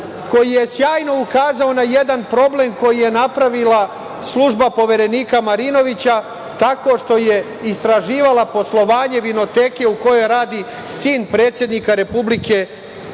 koji je sjajno ukazao na jedan problem koji je napravila služba Poverenika Marinovića tako što je istraživala poslovanje vinoteke u kojoj radi sin predsednika Republike,